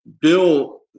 Bill